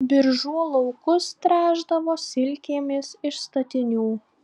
biržų laukus tręšdavo silkėmis iš statinių